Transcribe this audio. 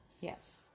Yes